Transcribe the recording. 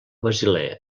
basilea